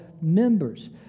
members